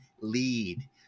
lead